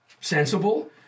sensible